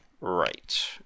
Right